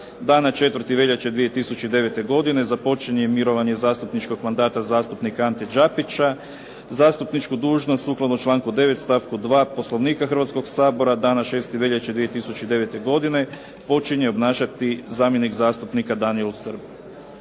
Dana 4. veljače 2009. godine započinje mirovanje zastupničkog mandata zastupnika Ante Đapića. Zastupničku dužnost sukladno članku 9. stavku 2. Poslovnika Hrvatskog sabora dana 6. veljače 2009. godine počinje obnašati zamjenik zastupnika Danijel Srb.